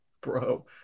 bro